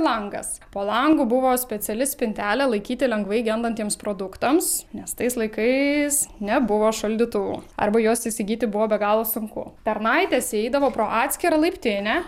langas po langu buvo speciali spintelė laikyti lengvai gendantiems produktams nes tais laikais nebuvo šaldytuvų arba juos įsigyti buvo be galo sunku tarnaitės įeidavo pro atskirą laiptinę